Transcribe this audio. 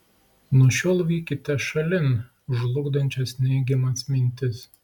nuo šiol vykite šalin žlugdančias neigiamas mintis